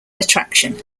attraction